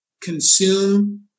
consume